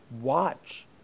Watch